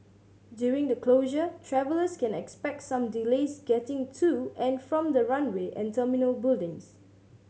during the closure travellers can expect some delays getting to and from the runway and terminal buildings